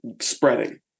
spreading